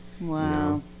Wow